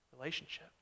relationship